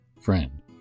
Friend